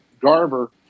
Garver